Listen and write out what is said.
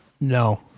No